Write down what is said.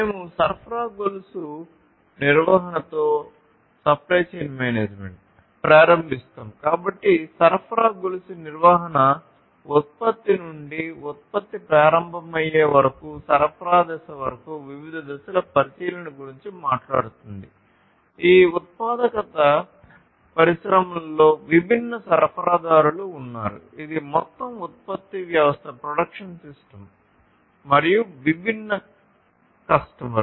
మేము సరఫరా గొలుసు నిర్వహణతో మరియు విభిన్న కస్టమర్